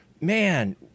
man